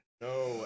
No